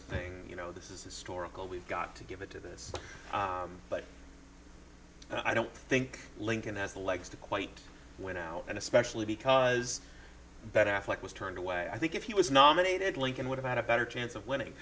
a thing you know this is historical we've got to give it to this but i don't think lincoln has the legs to quite win out and especially because ben affleck was turned away i think if he was nominated lincoln would have had a better chance of winning